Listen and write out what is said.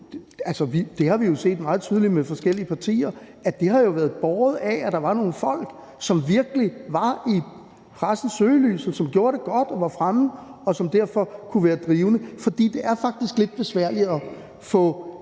vi har jo set det meget tydeligt med forskellige partier, altså at det har været båret af, at der var nogle folk, som virkelig var i pressens søgelys, og som gjorde det godt, og som var fremme, og som derfor kunne være drivende. For det er faktisk lidt besværligt at få